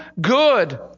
good